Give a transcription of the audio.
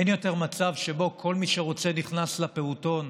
אין יותר מצב שבו כל מי שרוצה נכנס לפעוטון,